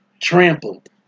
trampled